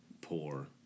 poor